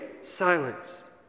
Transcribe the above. Silence